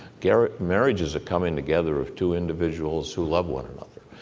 marriage marriage is a coming together of two individuals who love one another,